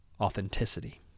authenticity